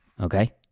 okay